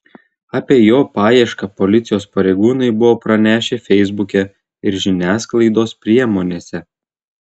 apie jo paiešką policijos pareigūnai buvo pranešę feisbuke ir žiniasklaidos priemonėse